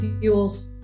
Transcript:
fuels